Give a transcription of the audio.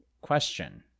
question